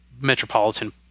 metropolitan